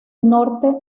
norte